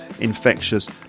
infectious